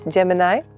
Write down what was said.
Gemini